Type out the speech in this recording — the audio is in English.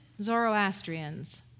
Zoroastrians